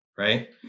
Right